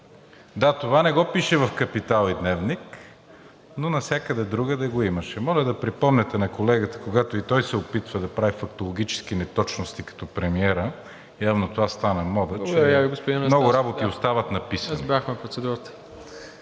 Да, това не го пише в „Капитал“ и „Дневник“, но навсякъде другаде го имаше. Моля да припомняте на колегата, когато и той се опитва да прави фактологически неточности като премиера – явно това стана мода… ПРЕДСЕДАТЕЛ МИРОСЛАВ